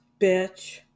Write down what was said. bitch